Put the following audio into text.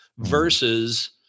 versus